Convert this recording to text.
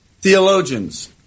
theologians